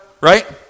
right